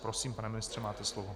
Prosím, pane ministře, máte slovo.